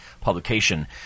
publication